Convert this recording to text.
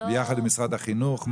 ביחד עם משרד החינוך?